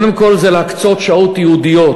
קודם כול זה להקצות שעות ייעודיות,